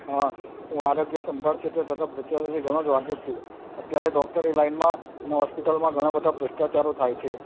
હા હું આરોગ્ય સંભાળ ક્ષેત્રે થતાં પ્રચારથી ઘણો જ વાકેફ છું અત્યારે ડોક્ટરી લાઈનમાં અને હોસ્પિટલમાં ઘણા બધા ભ્રષ્ટાચારો થાય છે